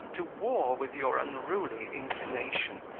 to war with your unruly inclination,